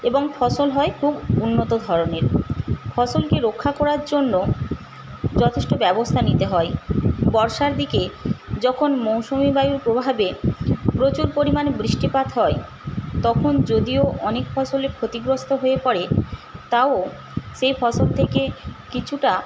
এবং ফসল হয় খুব উন্নত ধরনের ফসলকে রক্ষা করার জন্য যথেষ্ট ব্যবস্থা নিতে হয় বর্ষার দিকে যখন মৌসুমী বায়ুর প্রভাবে প্রচুর পরিমাণে বৃষ্টিপাত হয় তখন যদিও অনেক ফসল ক্ষতিগ্রস্ত হয়ে পড়ে তাও সেই ফসল থেকে কিছুটা